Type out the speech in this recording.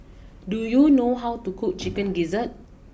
do you know how to cook Chicken Gizzard